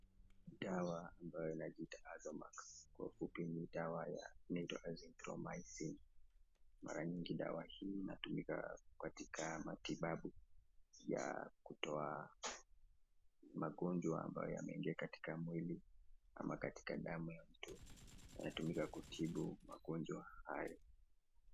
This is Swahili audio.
Dawa ambayo inajiita Azomax, kwa ufupi ni dawa inayoitwa Azithromycin. Mara mingi dawa hii inatumika katika matibabu ya kutoa magonjwa ambayo yameingia katika mwili ama katika damu ya mtu. Yanatumika kutibu magonjwa haya.